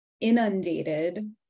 inundated